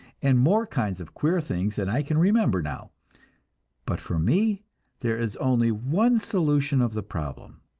and more kinds of queer things than i can remember now but for me there is only one solution of the problem,